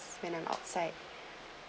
when I'm outside